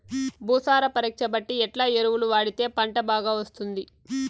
భూసార పరీక్ష బట్టి ఎట్లా ఎరువులు వాడితే పంట బాగా వస్తుంది?